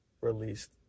released